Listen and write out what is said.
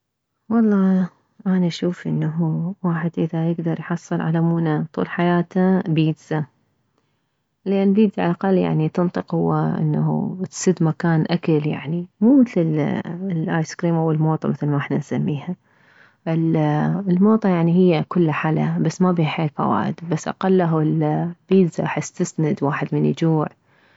والله اني اشوف انه احد يكدر يحصل على موونة طول حياته بيتزا لان بيتزا على الاقل تنطي قوة انه تسد مكان اكل يعني مو مثل الايس كريم او الموطا مثل ما احنا نسميها فالموطا يعني هي كلها حلى بس ما فيها كثير فوائد بس اقله البيتزا احس تسند واحد من يجوع